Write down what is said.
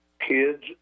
kids